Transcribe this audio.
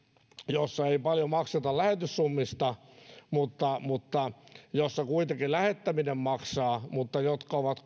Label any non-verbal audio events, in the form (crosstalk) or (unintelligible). jossa ei paljon makseta lähetyssummista mutta mutta jossa lähettäminen kuitenkin maksaa ja lähetykset ovat (unintelligible)